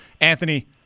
Anthony